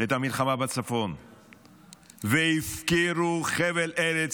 את המלחמה בצפון והפקירו חבל ארץ.